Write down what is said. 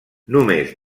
només